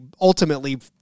ultimately